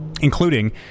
including